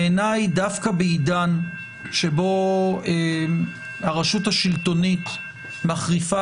בעיני דווקא בעידן שבו הרשות השלטונית מחריפה